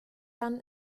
dann